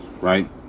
right